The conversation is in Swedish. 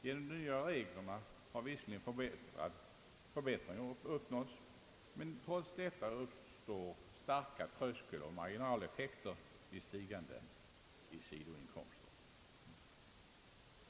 Enligt de nya reglerna har visserligen en förbättring uppnåtts, men trots detta uppstår starka tröskeloch marginaleffekter vid stigande sidoinkomster.